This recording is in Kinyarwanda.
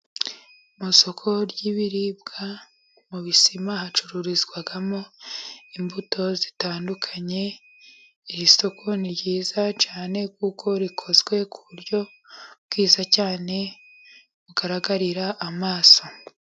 Mu isoko ry'ibiribwa mu bisima, hacururizwamo imbuto zitandukanye, iri soko ni ryiza cyane, kuko rikozwe ku buryo bwiza cyane, bugaragarira amaso.